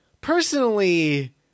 personally